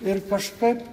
ir kažkaip